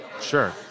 Sure